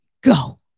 Go